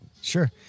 Sure